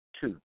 two